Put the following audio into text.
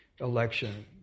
election